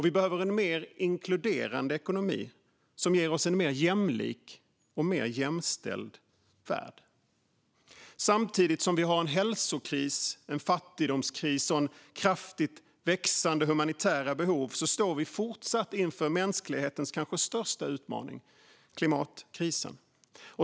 Vi behöver en mer inkluderande ekonomi som ger oss en mer jämlik och mer jämställd värld. Samtidigt som vi har en hälsokris, en fattigdomskris och kraftigt växande humanitära behov står vi fortsatt inför mänsklighetens kanske största utmaning: klimatkrisen.